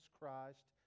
Christ